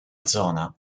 zona